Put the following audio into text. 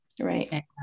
Right